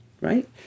Right